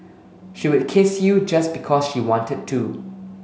she would kiss you just because she wanted to